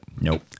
nope